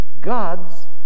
God's